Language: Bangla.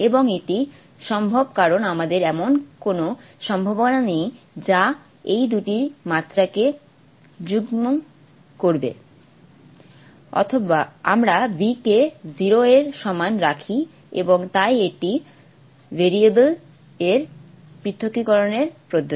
এবং এটি সম্ভব কারণ আমাদের এমন কোনও সম্ভাবনা নেই যা এই দুটি মাত্রাকে যুগ্ম করে আমরা V কে 0 এর সমান রাখি এবং তাই এটি ভেরিয়েবল এর পৃথকীকরণের পদ্ধতি